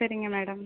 சரிங்க மேடம்